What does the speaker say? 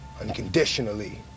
unconditionally